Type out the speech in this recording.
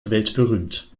weltberühmt